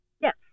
Yes